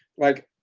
like,